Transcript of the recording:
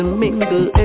mingle